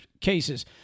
cases